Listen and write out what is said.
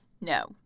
No